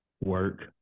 work